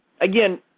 again